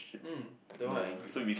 mm that one I agree